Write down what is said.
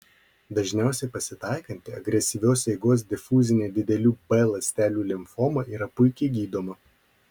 dažniausiai pasitaikanti agresyvios eigos difuzinė didelių b ląstelių limfoma yra puikiai gydoma